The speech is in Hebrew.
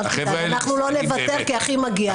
אל תדאג, אנחנו לא נוותר, כי הכי מגיע להם.